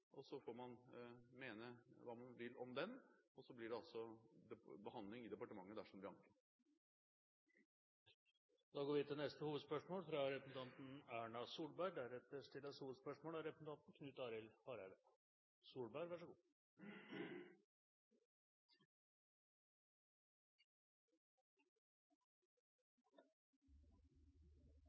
og så får man mene hva man vil om den. Så blir det altså behandling i departementet dersom det blir anket. Vi går til neste hovedspørsmål. Det står nå om lag 270 000 mennesker i kø i helsevesenet. Mange av